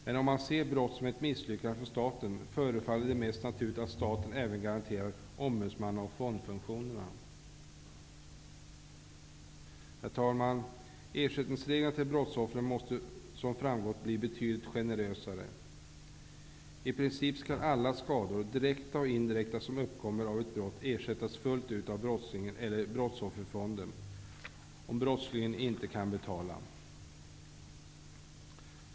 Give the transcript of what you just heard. Men om man ser brott som ett misslyckande för staten, förefaller det mest naturligt att staten även garanterar ombudsmanna och fondfunktionerna. Herr talman! Reglerna för ersättning till brottsoffren måste, som framgår, bli betydligt generösare. I princip skall alla skador, direkta och indirekta, som uppkommer på grund av ett brott ersättas fullt ut av brottslingen eller av brottsofferfonden, om brottslingen inte kan betala.